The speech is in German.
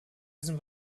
diesem